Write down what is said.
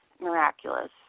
miraculous